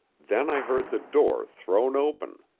then i heard the door thrown open.